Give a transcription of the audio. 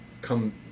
come